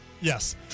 Yes